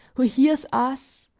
who hears us,